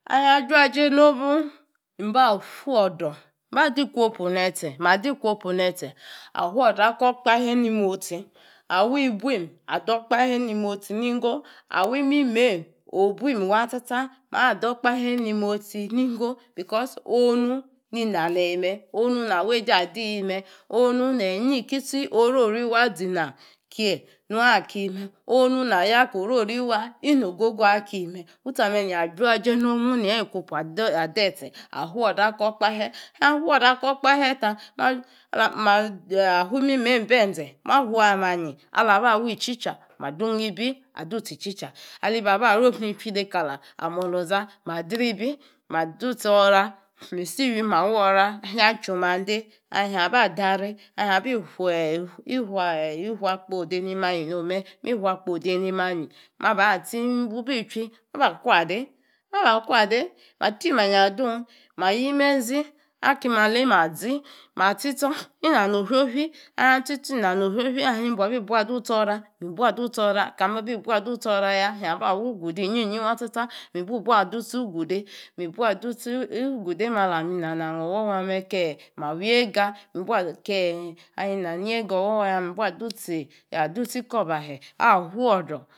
Ahang juaje no-mu, mba-fuodor, mba diquopu nestè afuodor Akor-okpahe nimosti, a wibuim adokpahe nimkmosti ningo, a-wimimeim, obuim wa-tsa-tsa adir-okpuhe nimosti-ningo because onu ninaneyi me-onu na weje adii. Onu nei inyrikisti orior wa zenong kie nua ki me. Onu na yor no oriori wa inogogo aki me. Yusti ame nia juaje nomu nia wikuopu adeste afuodor akor okpahe i hang fuodor akor okpahe ta̱ ma hui mimaim benze ma hua manyi alahaba wi-chicha, ma dung ibi adusti ichicha. Alibahaba rom nichui calam. ami oloza ma dribi̱ ma dusti ora mi si- wyim awora, anha chumande anha ba clare, anha bi huakpo odenimanyi nomu me, mi huakpo odenimanyi maba tsi ahin bu-bi chui msba quade, ma timanyi adung ma yimezi akimalem azi ma tsi-tsor inanohuehui. Ahang bi bua dusti ora, kam babi bua dusti ora ya, ahang ba wugude inyi-nyi wa tsa tsa mi bu bua wuguda eim alaminanong me owa̱wa me ke ma wiega ke ahing na niega o̱wo̱waya, ma dusti ikobahe a̱ huodor.